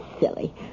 silly